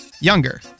Younger